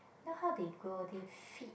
not how they grow they feed